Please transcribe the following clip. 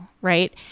right